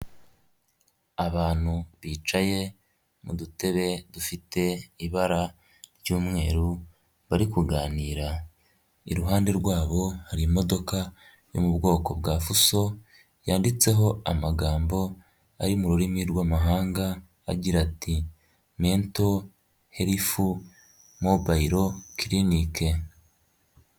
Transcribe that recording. Abantu bicaye mu dutebe dufite ibara ry'umweru bari kuganira, iruhande rwabo hari imodoka yo mu bwoko bwa fuso yanditseho amagambo ari mu rurimi rw'amahanga agira ati "Mento helifu mobayilo kirinike."